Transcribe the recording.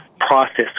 process